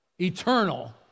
eternal